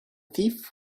thief